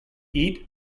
eat